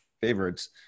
favorites